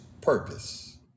purpose